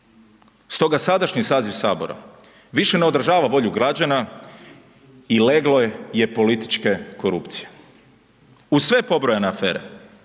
Stoga sadašnji saziv HS više ne odražava volju građana i leglo je političke korupcije. Uz sve pobrojane afere,